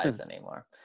anymore